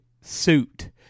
suit